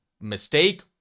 Mistake